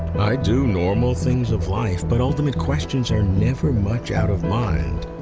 i do normal things of life, but ultimate questions are never much out of mind.